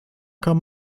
kann